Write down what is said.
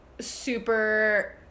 super